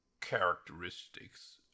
characteristics